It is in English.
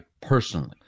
personally